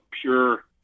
pure